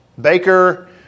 Baker